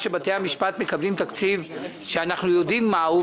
שבתי המשפט מקבלים תקציב שאנחנו יודעים מה הוא,